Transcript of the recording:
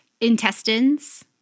intestines